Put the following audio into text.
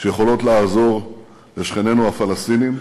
שיכולות לעזור לשכנינו הפלסטינים,